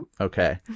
Okay